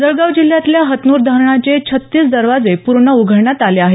जळगाव जिल्ह्यातल्या हतनूर धरणाचे छत्तीस दरवाजे पूर्ण उघडण्यात आले आहेत